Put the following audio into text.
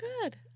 good